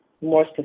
More